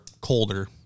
colder